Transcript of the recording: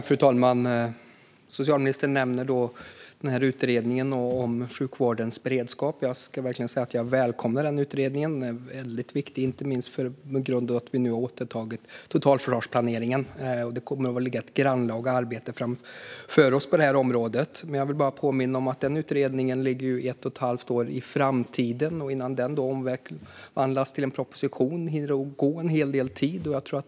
Fru talman! Socialministern nämner Utredningen om hälso och sjukvårdens beredskap. Jag välkomnar den utredningen. Den är väldigt viktig inte minst på grund av att vi nu har återtagit totalförsvarsplaneringen. Det kommer att vara ett grannlaga arbete framför oss på det här området. Jag vill för det första påminna om att den utredningen ligger ett och ett halvt år i framtiden. Innan den omvandlas till en proposition hinner det att gå en hel del tid.